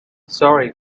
sorry